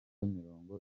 mirongo